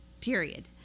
Period